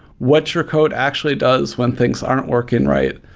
what your code actually does when things aren't working right?